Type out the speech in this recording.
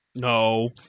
No